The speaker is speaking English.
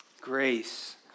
Grace